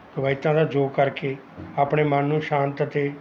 ਰਵਾਇਤਾਂ ਦਾ ਯੋਗ ਕਰਕੇ ਆਪਣੇ ਮਨ ਨੂੰ ਸ਼ਾਂਤ ਅਤੇ